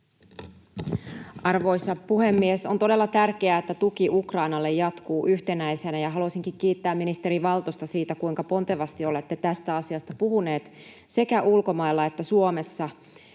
Arvoisa puhemies! On todella tärkeää, että tuki Ukrainalle jatkuu yhtenäisenä. Haluaisinkin kiittää ministeri Valtosta siitä, kuinka pontevasti olette tästä asiasta puhunut sekä ulkomailla että Suomessa.